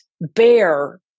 bear